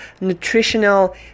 nutritional